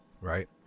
right